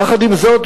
יחד עם זאת,